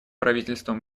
правительством